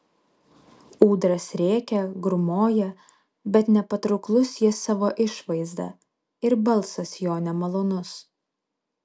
ūdras rėkia grūmoja bet nepatrauklus jis savo išvaizda ir balsas jo nemalonus